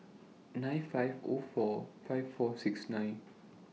nine five O four five four six nine